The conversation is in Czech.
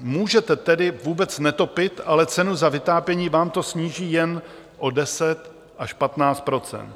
Můžete tedy vůbec netopit, ale cenu za vytápění vám to sníží jen o 10 až 15 %.